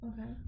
okay